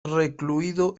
recluido